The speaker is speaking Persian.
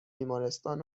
بیمارستان